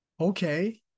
Okay